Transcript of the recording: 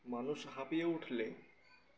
মানুষ হাঁপিয়ে উঠলে